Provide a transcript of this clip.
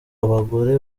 abagore